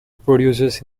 producers